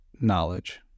knowledge